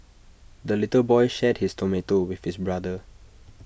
the little boy shared his tomato with his brother